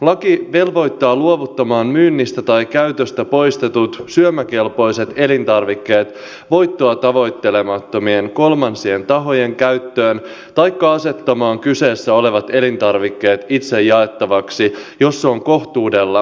laki velvoittaa luovuttamaan myynnistä tai käytöstä poistetut syömäkelpoiset elintarvikkeet voittoa tavoittelemattomien kolmansien tahojen käyttöön taikka asettamaan kyseessä olevat elintarvikkeet itse jaettavaksi jos se on kohtuudella mahdollista